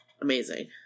Amazing